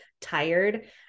tired